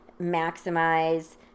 maximize